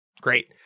Great